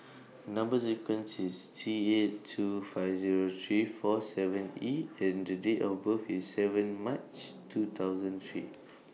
Number sequence IS T eight two five Zero three four seven E and The Date of birth IS seven March two thousand three